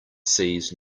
sees